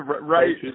Right